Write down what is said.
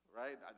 right